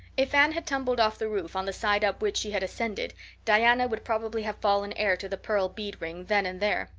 if anne had tumbled off the roof on the side up which she had ascended diana would probably have fallen heir to the pearl bead ring then and there.